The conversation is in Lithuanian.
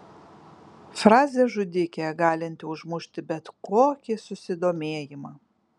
frazė žudikė galinti užmušti bet kokį susidomėjimą